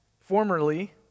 formerly